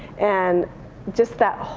and just that